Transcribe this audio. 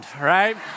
right